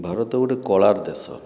ଭାରତ ଗୋଟେ କଳାର ଦେଶ